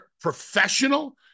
professional